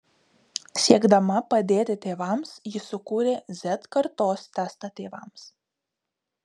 siekdama padėti tėvams ji sukūrė z kartos testą tėvams